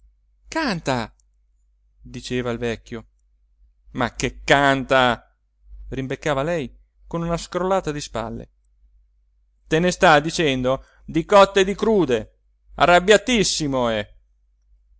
canta diceva il vecchio ma che canta rimbeccava lei con una scrollata di spalle te ne sta dicendo di cotte e di crude arrabbiatissimo è